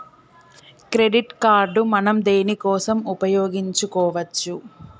Credit card మనం దేనికోసం ఉపయోగించుకోవచ్చు?